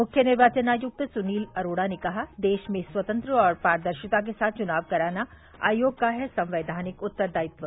मुख्य निर्वाचन आयुक्त सुनील अरोड़ा ने कहा देश में स्वत्रंत और पारदर्शिता के साथ चुनाव कराना आयोग का है संवैधानिक उत्तरदायित्व